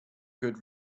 good